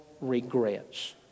regrets